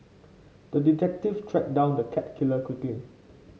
the detective tracked down the cat killer quickly